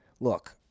Look